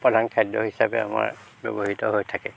প্ৰধান খাদ্য হিচাপে আমাৰ ব্যৱহৃত হৈ থাকে